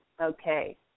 Okay